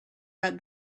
read